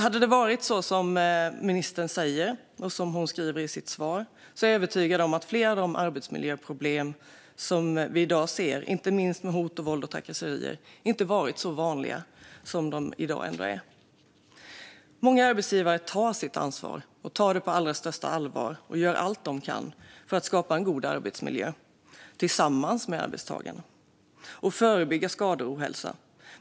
Hade det varit som ministern säger i sitt svar är jag övertygad om att flera av de arbetsmiljöproblem som vi i dag ser, inte minst med hot, våld och trakasserier, inte hade varit lika vanliga. Många arbetsgivare tar sitt ansvar. De tar detta på allra största allvar och gör allt de kan för att skapa en god arbetsmiljö, tillsammans med arbetstagarna, och förebygga skador och ohälsa.